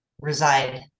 reside